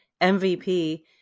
MVP